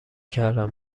کردم